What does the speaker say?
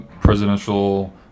presidential